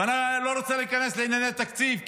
ואני לא רוצה להיכנס לענייני תקציב,